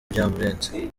byamurenze